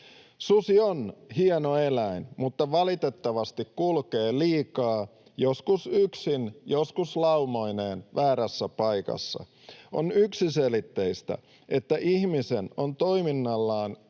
Susi on hieno eläin mutta valitettavasti kulkee liikaa — joskus yksin, joskus laumoineen — väärissä paikoissa. On yksiselitteistä, että ihmisen on toiminnallaan